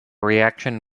reaction